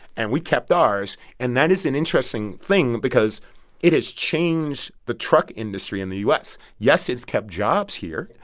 and we kept ours. and that is an interesting thing because it has changed the truck industry in the u s. yes, it's kept jobs here.